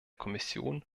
kommission